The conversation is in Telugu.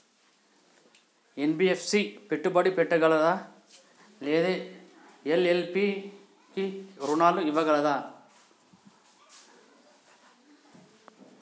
ఎన్.బి.ఎఫ్.సి పెట్టుబడి పెట్టగలదా లేదా ఎల్.ఎల్.పి కి రుణాలు ఇవ్వగలదా?